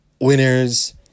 winners